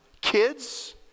Kids